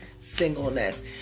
singleness